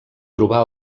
trobar